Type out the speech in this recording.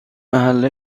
محل